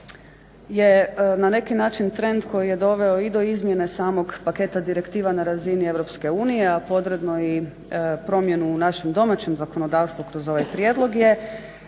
je na neki način trend koji je doveo i do izmjene samog paketa direktiva na razini Europske unije, a podredno i promjenu u našem domaćem zakonodavstvu kroz ovaj prijedlog je